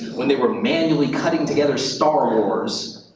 when they were manually cutting together star wars.